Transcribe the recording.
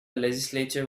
legislature